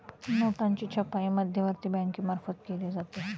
नोटांची छपाई मध्यवर्ती बँकेमार्फत केली जाते